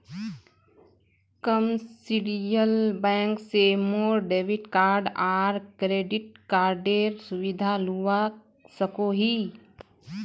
commercial bank से मोर debit card आर क्रेडिट कार्डेर सुविधा लुआ सकोही